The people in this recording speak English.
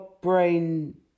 brain